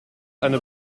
eine